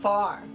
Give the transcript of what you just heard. Far